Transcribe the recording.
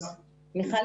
מיכל